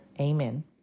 Amen